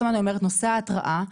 נושא ההתראה,